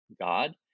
God